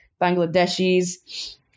Bangladeshis